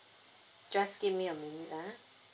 just give me a minute ah